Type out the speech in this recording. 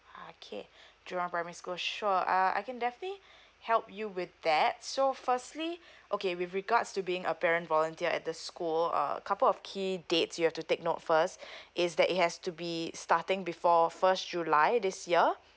okay jurong primary school sure uh I can definitely help you with that so firstly okay with regards to being a parent volunteer at the school uh couple of key dates you have to take note first is that it has to be starting before first july this year